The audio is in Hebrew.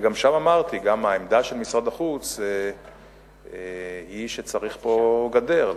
וגם שם אמרתי: גם העמדה של משרד החוץ היא שצריך פה גדר.